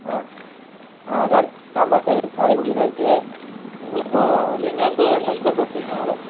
ஆ ஆ கா ஆமாம் சார் காரைக்குடியில் தான் இருக்குது உங்களுக்கும் நீங்கள் வந்து எங்கேருந்து சார் பேசுகிறீங்க